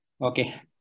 Okay